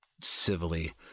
civilly